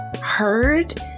heard